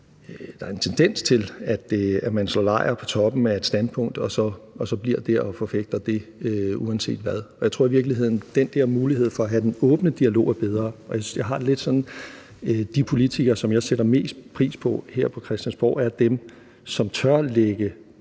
er jo en tendens til, at man slår lejr på toppen af et standpunkt og så bliver dér og forfægter det uanset hvad. Jeg tror i virkeligheden, at den der mulighed for at have den åbne dialog er bedre, og jeg har det lidt sådan, at de politikere, som jeg sætter mest pris på her på Christiansborg, er dem, som også tør lægge